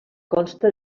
consta